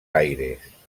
aires